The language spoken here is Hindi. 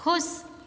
खुश